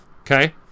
Okay